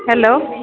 hello